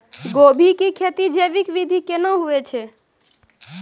गोभी की खेती जैविक विधि केना हुए छ?